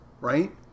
right